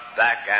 back